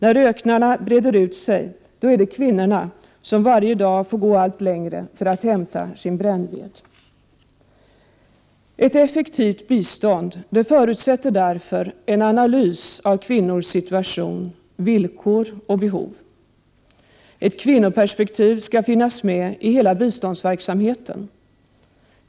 När öknarna breder ut sig är det kvinnorna som varje dag får gå allt längre för att hämta sin brännved. Ett effektivt bistånd förutsätter därför en analys av kvinnors situation, villkor och behov. Ett kvinnoperspektiv skall finnas med i hela biståndsverksamheten.